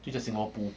就叫 singapore pools